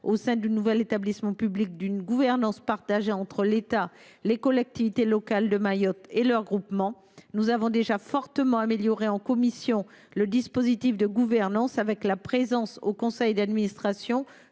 au sein du nouvel établissement public, une gouvernance partagée entre l’État, les collectivités locales de Mayotte et leurs groupements. Nous avons déjà fortement amélioré, en commission, le dispositif de gouvernance en prévoyant la présence au conseil d’administration